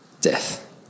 death